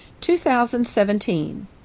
2017